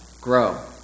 grow